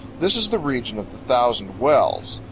this is the region of the thousand wells.